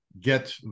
get